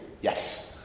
Yes